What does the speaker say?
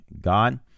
God